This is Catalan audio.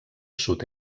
sud